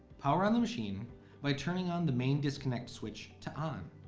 power on the machine by turning on the main disconnect switch to on,